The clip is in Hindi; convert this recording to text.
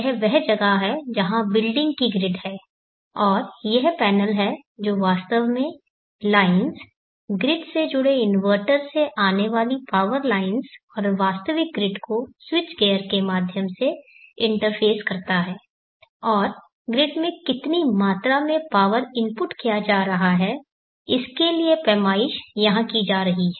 यह वह जगह है जहां बिल्डिंग की ग्रिड है और यह पैनल है जो वास्तव में लाइन्स ग्रिड से जुड़े इन्वर्टर से आने वाली पावर लाइन्स और वास्तविक ग्रिड को स्विच गियर के माध्यम से इंटरफ़ेस करता है और ग्रिड में कितनी मात्रा में पावर इनपुट किया जा रहा है इसके लिए पैमाइश यहां की जा रही है